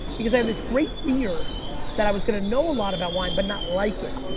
because i have this great fear that i was gonna know a lot about wine, but not like it.